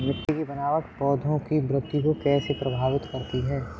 मिट्टी की बनावट पौधों की वृद्धि को कैसे प्रभावित करती है?